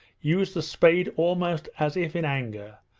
used the spade almost as if in anger,